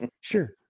Sure